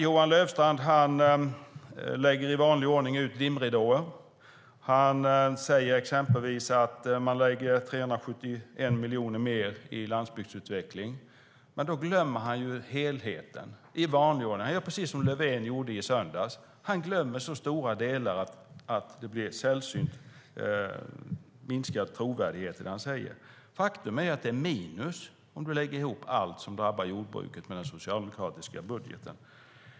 Johan Löfstrand lägger i vanlig ordning ut dimridåer. Han säger exempelvis att man lägger 371 miljoner mer på landsbygdsutveckling. Då glömmer han ju helheten, i vanlig ordning. Han gör precis som Löfven gjorde i söndags. Han glömmer så stora delar att det han säger får minskad trovärdighet. Faktum är att det blir minus om du lägger ihop allt som drabbar jordbruket i den socialdemokratiska budgeten.